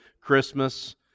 Christmas